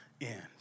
end